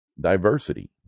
diversity